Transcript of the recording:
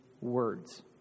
words